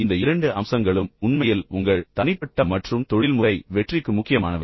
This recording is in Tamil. இந்த 2 அம்சங்களும் உண்மையில் உங்கள் தனிப்பட்ட மற்றும் தொழில்முறை வெற்றிக்கு முக்கியமானவை